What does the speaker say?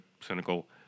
cynical